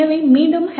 எனவே மீண்டும் hello